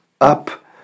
up